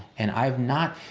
and i've not,